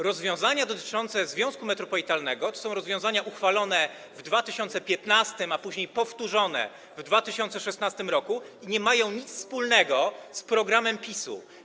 Rozwiązania dotyczące związku metropolitalnego to są rozwiązania uchwalone w 2015, a później powtórzone w 2016 r. i nie mają one nic wspólnego z programem PiS-u.